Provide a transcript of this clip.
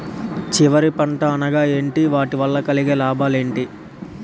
చివరి పంట అనగా ఏంటి వాటి వల్ల కలిగే లాభాలు ఏంటి